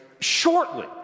shortly